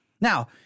Now